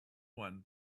one